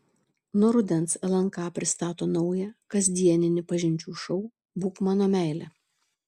nuo rudens lnk pristato naują kasdieninį pažinčių šou būk mano meile